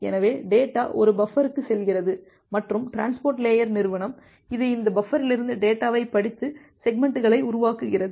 எனவே டேட்டா ஒரு பஃபருக்குச் செல்கிறது மற்றும் டிரான்ஸ்போர்ட் லேயர் நிறுவனம் இது இந்த பஃபரிலிருந்து டேட்டாவைப் படித்து செக்மெண்ட்களை உருவாக்குகிறது